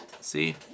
See